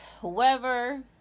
whoever